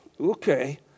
Okay